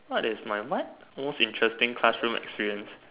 what is my what most interesting classroom experience